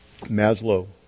maslow